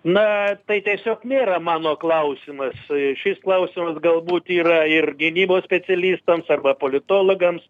na tai tiesiog nėra mano klausimas šis klausimas galbūt yra ir gynybos specialistams arba politologams